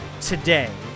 today